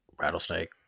rattlesnake